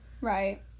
Right